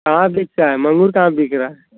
हाँ तो क्या है मंगुर कहाँ बिक रहा है